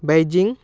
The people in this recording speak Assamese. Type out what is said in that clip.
বেইজিং